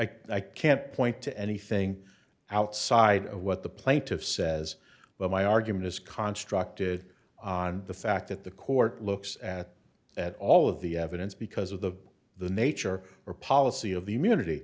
can't point to anything outside of what the plaintiff says but my argument is construct it on the fact that the court looks at that all of the evidence because of the the nature or policy of the immunity